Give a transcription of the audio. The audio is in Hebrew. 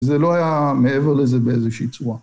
זה לא היה מעבר לזה באיזושהי צורה.